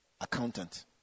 accountant